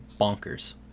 Bonkers